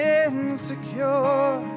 insecure